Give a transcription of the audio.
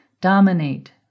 Dominate